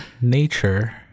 nature